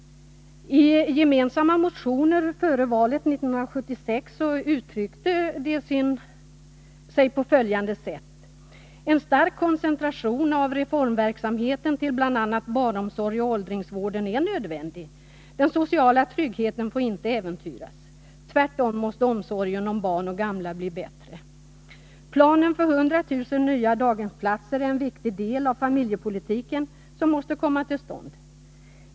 I gemensamma motioner före valet 1976 uttryckte man sig på följande sätt: En stark koncentration av reformverksamheten till bl.a. barnomsorgen och åldringsvården är nödvändig. Den sociala tryggheten får inte äventyras. Tvärtom måste omsorgen om barn och gamla bli bättre. Planen för 100 000 nya daghemsplatser är en viktig del av familjepolitiken som måste komma till stånd.